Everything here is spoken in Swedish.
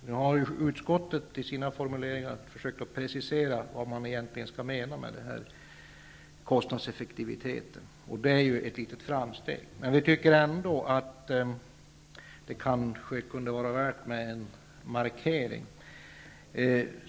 Nu har utskottet i sina formuleringar försökt precisera vad som egentligen menas med kostnadseffektivitet, och det är ju ett litet framsteg. Men vi tycker ändå att det kanske kunde vara värt att göra en markering.